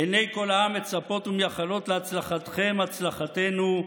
עיני כל העם מצפות ומייחלות להצלחתכם, הצלחתנו.